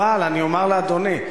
אבל אני אומר לאדוני,